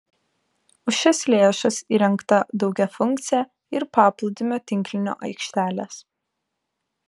už šias lėšas įrengta daugiafunkcė ir paplūdimio tinklinio aikštelės